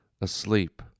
asleep